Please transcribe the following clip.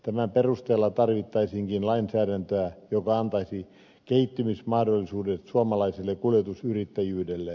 tämän perusteella tarvittaisiinkin lainsäädäntöä joka antaisi kehittymismahdollisuudet suomalaiselle kuljetusyrittäjyydelle